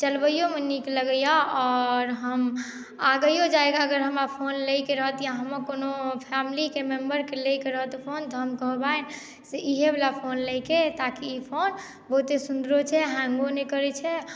चलबैयोमे नीक लगैए आओर हम आगेओ जाय लेल हमरा फोन लइ के रहत या हमर कोनो फेमिलीके मेम्बरके लयके रहत फोन तऽ हम कहबनि से इएहवला फोन लय के ताकि ई फोन बहुते सुन्दरो छै हैङ्गो नहि करैत छै